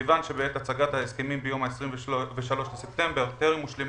מכיוון שבעת הצגת ההסכמים ביום 23 בספטמבר 2020 טרם הושלמה